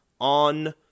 on